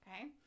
Okay